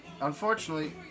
unfortunately